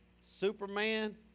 Superman